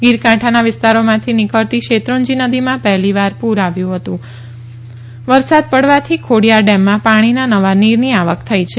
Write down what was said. ગીરકાંઠાના વિસ્તારોમાંથી નીકળતી શેત્રંજી નદીમાં પહેલીવાર પૂર આવયુ વરસાદ પડવાથી ખોડિથાર ડેમમાં પણ નવા નીરની આવક થઈ છે